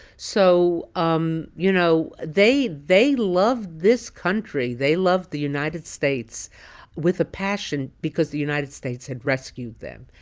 so, um you know, they they love this country. they love the united states with a passion because the united states had rescued them.